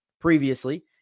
previously